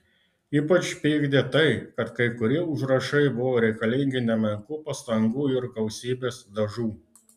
ypač pykdė tai kad kai kurie užrašai buvo reikalingi nemenkų pastangų ir gausybės dažų